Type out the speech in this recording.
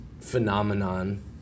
phenomenon